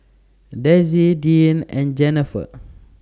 Dezzie Deann and Jenifer